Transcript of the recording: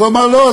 הוא אמר: לא,